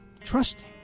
trusting